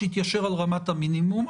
שיתיישר על רמת המינימום,